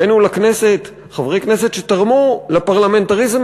הבאנו לכנסת חברי כנסת שתרמו לפרלמנטריזם